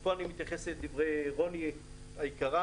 ופה אני מתייחס לדברי רני היקרה,